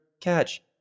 catch